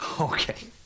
Okay